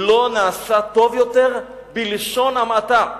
לא נעשה טוב יותר, בלשון המעטה.